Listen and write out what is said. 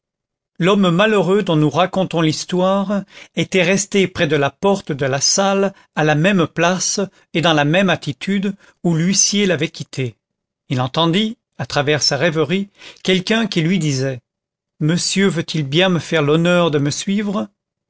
l'homme malheureux dont nous racontons l'histoire était resté près de la porte de la salle à la même place et dans la même attitude où l'huissier l'avait quitté il entendit à travers sa rêverie quelqu'un qui lui disait monsieur veut-il bien me faire l'honneur de me suivre